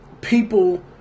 people